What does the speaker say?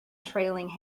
trailing